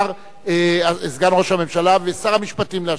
סגן ראש הממשלה ושר המשפטים לשעבר,